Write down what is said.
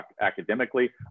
academically